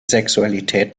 sexualität